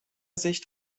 sicht